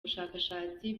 bushakashatsi